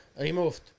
removed